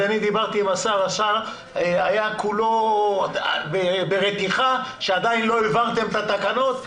דיברתי עם השר והוא היה כולו ברתיחה שעדיין לא העברתם את התקנות,